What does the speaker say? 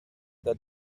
their